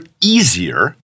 easier